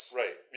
right